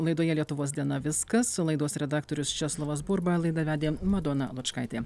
laidoje lietuvos diena viskas laidos redaktorius česlovas burba laidą vedė madona lučkaitė